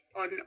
On